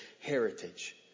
heritage